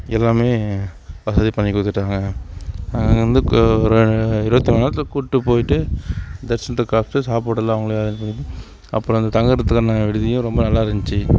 எல்லாமே வசதி பண்ணிக் கொடுத்துட்டாங்க அங்கேருந்து ஒரு இருபத்துநாலு மணி நேரத்தில் கூப்பிட்டு போய்ட்டு தரிசனத்தை காமித்து சாப்பாடெல்லாம் அவங்களே அரேஞ்ச் பண்ணி அப்புறம் அந்த தங்குறதுக்கான விடுதியும் ரொம்ப நல்லா இருந்துச்சு